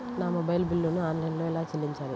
నా మొబైల్ బిల్లును ఆన్లైన్లో ఎలా చెల్లించాలి?